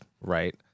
right